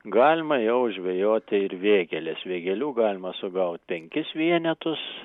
galima jau žvejoti ir vėgėles vėgėlių galima sugau penkis vienetus